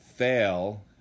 fail